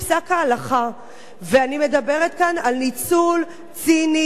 ואני מדברת כאן על ניצול ציני של ההלכה ושל